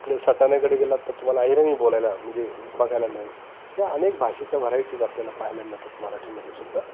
इकडे सटाण्याकडे गेलात तर तुम्हाला अहिराणी बोलायला म्हणजे बघायला मिळेल अशा अनेक भाषेच्या व्हरायटीज आपल्याला पाहायला मिळतात मराठीमध्ये सुुद्धा